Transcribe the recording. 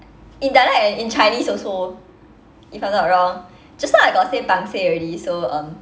in dialect and in chinese also if I'm not wrong just now I got say pangseh already so um